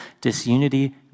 disunity